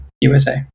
USA